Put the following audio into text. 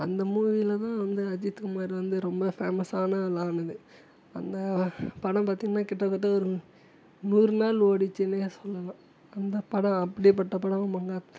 அந்த மூவியில தான் அந்த அஜித்குமார் வந்து ரொம்ப ஃபேமஸ்ஸான வாங்குனது அந்த படம் பார்த்தீங்கன்னா கிட்ட தட்ட ஒரு நூறு நாள் ஓடிச்சினு சொல்லலாம் அந்த படம் அப்படிப்பட்ட படம் மங்காத்தா